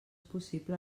possible